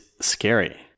scary